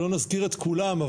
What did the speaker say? לא נזכיר את כולם,